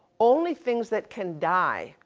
only things that can die,